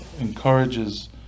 encourages